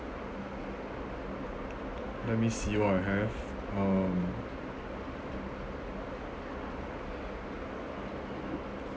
let me see what I have um